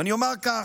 ואני אומר כך: